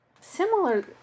Similar